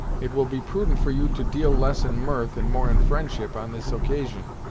it will be prudent for you to deal less in mirth and more in friendship on this occasion.